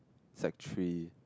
sec three